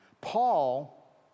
Paul